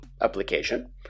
application